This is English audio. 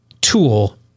tool